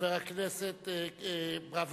חבר הכנסת ברוורמן,